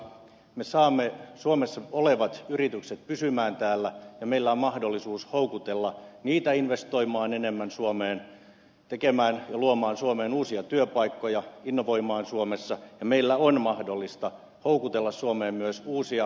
me saamme suomessa olevat yritykset pysymään täällä ja meillä on mahdollisuus houkutella niitä investoimaan enemmän suomeen tekemään ja luomaan suomeen uusia työpaikkoja innovoimaan suomessa ja meillä on mahdollista houkutella suomeen myös uusia ulkolaisia yrityksiä